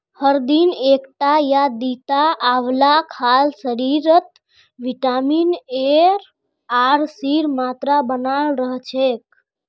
हर दिन एकटा या दिता आंवला खाल शरीरत विटामिन एर आर सीर मात्रा बनाल रह छेक